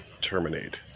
terminate